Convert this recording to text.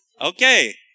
Okay